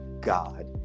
God